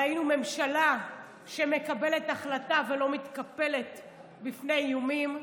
ראינו ממשלה שמקבלת החלטה ולא מתקפלת בפני איומים.